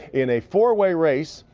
in a four-way race,